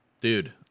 Dude